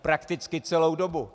Prakticky celou dobu.